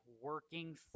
working